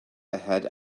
ahead